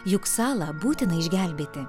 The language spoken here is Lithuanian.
juk salą būtina išgelbėti